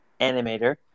animator